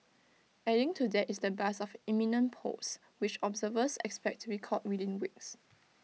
adding to that is the buzz of imminent polls which observers expect to be called within weeks